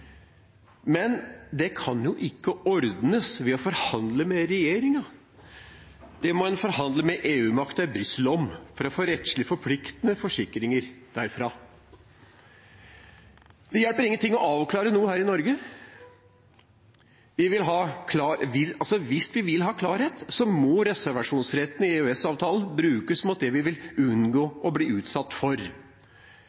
men det kan jo ikke ordnes ved å forhandle med regjeringen; det må en forhandle med EU-makten i Brussel om, for å få rettslig forpliktende forsikringer derfra. Det hjelper ingenting å avklare noe her i Norge. Hvis vi vil ha klarhet, må reservasjonsretten i EØS-avtalen brukes mot det vi vil unngå